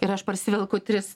ir aš parsivelku tris